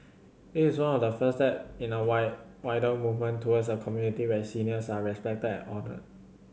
it is one of the first step in a why wider movement towards a community where seniors are respected and honoured